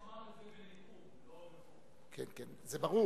הוא אמר את זה בנאום, לא, כן, כן, זה ברור.